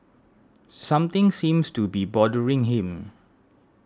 something seems to be bothering him